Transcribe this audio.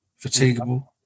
Fatigable